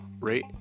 rate